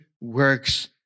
works